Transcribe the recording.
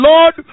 Lord